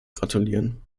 gratulieren